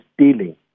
stealing